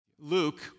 Luke